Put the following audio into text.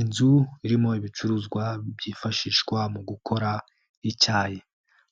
Inzu irimo ibicuruzwa byifashishwa mu gukora icyayi.